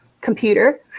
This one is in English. computer